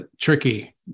tricky